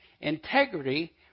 Integrity